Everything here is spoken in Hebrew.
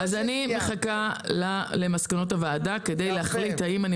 אני מחכה למסקנות הוועדה כדי להחליט האם אני